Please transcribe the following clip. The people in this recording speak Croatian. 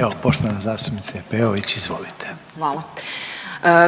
Evo poštovana zastupnice Peović izvolite. **Peović, Katarina (RF)** Hvala.